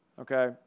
okay